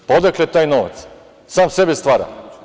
Pa, odakle taj novac, sam sebe stvara.